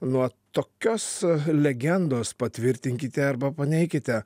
nuo tokios legendos patvirtinkite arba paneikite